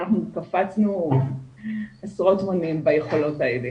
אנחנו קפצנו עשרות מונים ביכולות האלה,